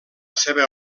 seva